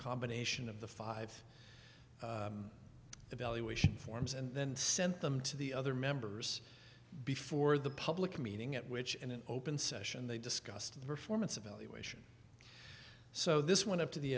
combination of the five evaluation forms and then sent them to the other members before the public meeting at which in an open session they discussed the performance evaluation so this went up t